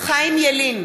חיים ילין,